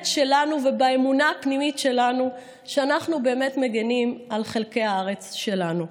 שלנו ובאמונה הפנימית שלנו שאנחנו באמת מגינים על חלקי הארץ שלנו.